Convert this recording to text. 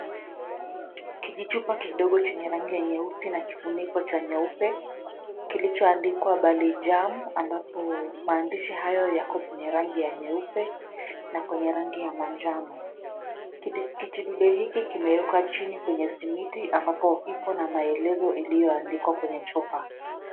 Kijichupa kidogo chenye rangi ya nyeusi na kifuniko cha nyeupe kilichoandikwa Balijaam, ambapo maandishi hayo yako kwenye rangi ya nyeupe na kwenye rangi ya manjano. Kijidude hiki kimewekwa chini kwenye simiti ambapo iko na maelezo iliyoandikwa kwenye chupa.